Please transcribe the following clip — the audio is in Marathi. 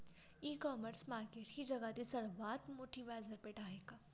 इ कॉमर्स मार्केट ही जगातील सर्वात मोठी बाजारपेठ आहे का?